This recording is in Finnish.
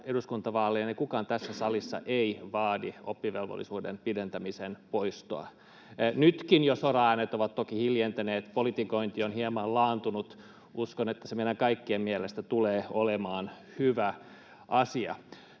eduskuntavaaleja, kukaan tässä salissa ei vaadi oppivelvollisuuden pidentämisen poistoa. Nytkin jo soraäänet ovat toki hiljentyneet ja politikointi on hieman laantunut. Uskon, että se meidän kaikkien mielestä tulee olemaan hyvä asia.